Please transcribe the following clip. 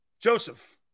Joseph